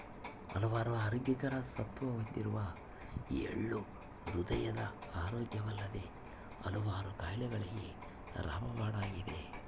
ಹಲವಾರು ಆರೋಗ್ಯಕರ ಸತ್ವ ಹೊಂದಿರುವ ಎಳ್ಳು ಹೃದಯದ ಆರೋಗ್ಯವಲ್ಲದೆ ಹಲವಾರು ಕಾಯಿಲೆಗಳಿಗೆ ರಾಮಬಾಣ ಆಗಿದೆ